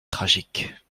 tragique